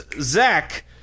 Zach